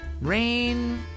rain